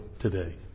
today